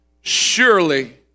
Surely